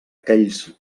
aquells